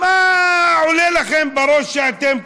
מה עולה לכם בראש כשאתם כותבים?